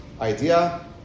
idea